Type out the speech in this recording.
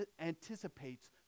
anticipates